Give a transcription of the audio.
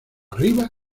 arriba